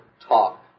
talk